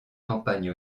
campagnes